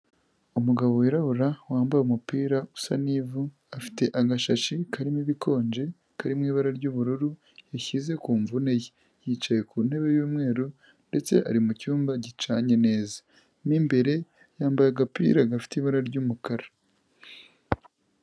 Umugabo wirabura, wambaye umupira usa n'ivu, afite agashashi karimo ibikonje kari mu ibara ry'ubururu yashyize ku mvune ye, yicaye ku ntebe y'umweru ndetse ari mu cyumba gicanye neza, mo imbere yambaye agapira gafite ibara ry'umukara.